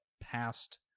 past